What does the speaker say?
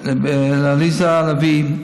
עליזה לביא,